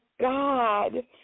God